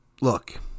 look